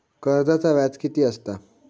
कर्जाचा व्याज कीती असता?